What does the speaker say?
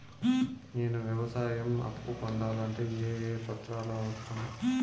నేను వ్యవసాయం అప్పు పొందాలంటే ఏ ఏ పత్రాలు అవసరం?